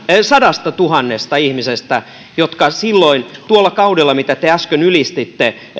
sadastatuhannesta ihmisestä jotka tuolla kaudella mitä te äsken ylistitte